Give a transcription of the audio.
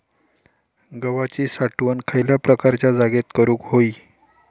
गव्हाची साठवण खयल्या प्रकारच्या जागेत करू होई?